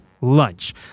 lunch